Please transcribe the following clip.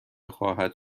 خواهد